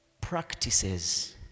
practices